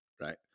right